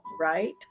right